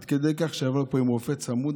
עד כדי שיבוא לפה עם רופא צמוד,